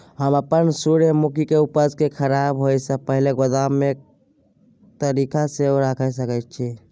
हम अपन सूर्यमुखी के उपज के खराब होयसे पहिले गोदाम में के तरीका से रयख सके छी?